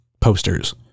posters